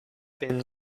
been